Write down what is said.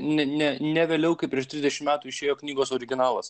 ne ne ne vėliau kaip prieš trisdešim metų išėjo knygos originalas